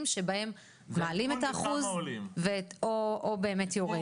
שבהם מעלים את האחוז או באמת יורד.